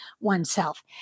oneself